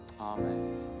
Amen